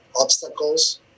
obstacles